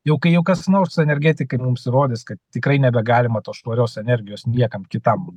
jau kai jau kas nors energetikai mums įrodys kad tikrai nebegalima tos švarios energijos niekam kitam